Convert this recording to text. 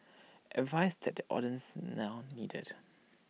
advice that the audience now needed